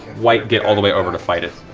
quite get all the way over to fight it.